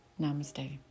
Namaste